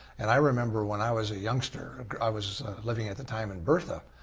and i remember when i was a youngster i was living at the time in bertha.